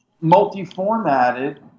multi-formatted